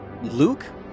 Luke